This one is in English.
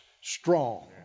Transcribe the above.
strong